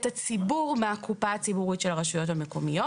הציבור מהקופה הציבורית של הרשויות המקומיות.